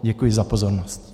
Děkuji za pozornost.